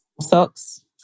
socks